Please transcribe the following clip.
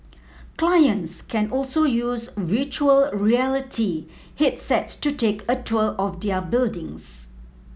clients can also use virtual reality headsets to take a tour of their buildings